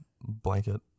blanket